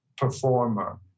performer